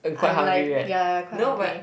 I'm like ya quite hungry